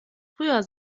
früher